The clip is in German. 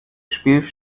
spiel